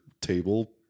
table